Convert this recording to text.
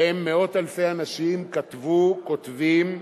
מאות אלפי אנשים כתבו, כותבים,